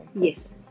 yes